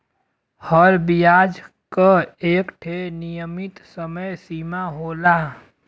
हर बियाज क एक ठे नियमित समय सीमा होला